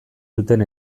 duten